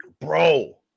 Bro